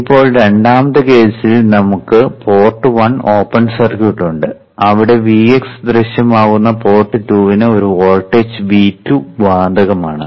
ഇപ്പോൾ രണ്ടാമത്തെ കേസിൽ നമുക്ക് പോർട്ട് 1 ഓപ്പൺ സർക്യൂട്ട് ഉണ്ട് അവിടെ Vx ദൃശ്യമാകുന്ന പോർട്ട് 2 ന് ഒരു വോൾട്ടേജ് V2 ബാധകമാണ്